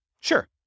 Sure